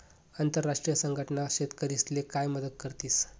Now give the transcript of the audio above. आंतरराष्ट्रीय संघटना शेतकरीस्ले काय मदत करतीस?